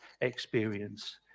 experience